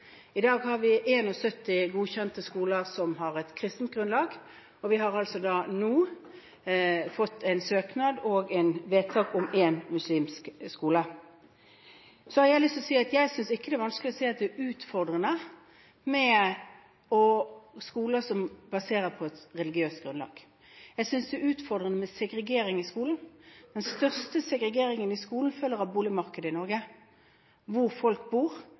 I dag har vi 71 godkjente skoler som har et kristent grunnlag, og vi har altså nå fått en søknad og et vedtak om en muslimsk skole. Jeg har lyst til å si at jeg synes ikke det er vanskelig å se at det er utfordrende med skoler som baserer seg på et religiøst grunnlag. Jeg synes det er utfordrende med segregering i skolen, og den største segregeringen i skolen følger av boligmarkedet i Norge, hvor folk bor,